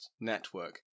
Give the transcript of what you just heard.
Network